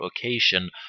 occasion